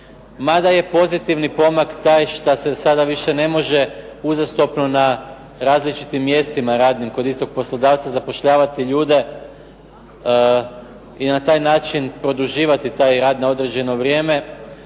Mada je pozitivni pomak taj što se sada više ne može uzastopno na različitim mjestima radnim kod istog poslodavca zapošljavati ljude i na taj način produživati taj rad na određeno vrijeme.